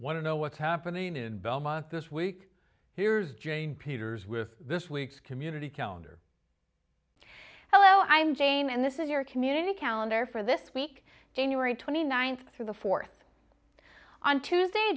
want to know what's happening to belmont this week here's jane peters with this week's community calendar hello i'm jane and this is your community calendar for this week january twenty ninth through the fourth on tuesday